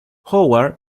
howard